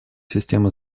системы